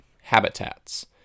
habitats